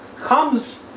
comes